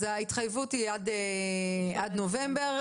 ההתחייבות היא עד נובמבר,